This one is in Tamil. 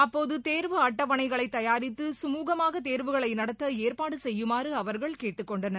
அப்போது தேர்வு அட்டவணைகளை தயாரித்து சுமூகமாக தேர்வுகளை நடத்த ஏற்பாடு செய்யுமாறு அவர்கள் கேட்டுக்கொண்டனர்